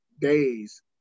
days